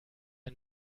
ein